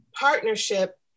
partnership